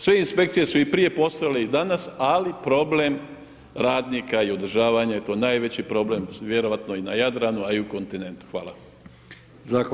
Sve inspekcije su i prije postojale i danas, ali problem radnika i održavanja je eto najveći problem vjerojatno i na Jadranu, a i u kontinentu.